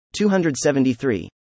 273